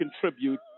contribute